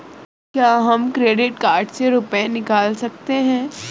क्या हम credit card से रुपये निकाल सकते हैं?